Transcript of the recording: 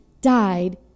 died